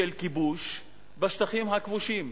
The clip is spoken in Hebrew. של כיבוש, בשטחים הכבושים,